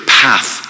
path